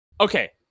Okay